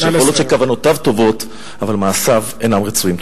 שיכול להיות שכוונותיו טובות אבל מעשיו אינם רצויים.